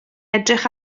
edrych